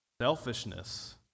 Selfishness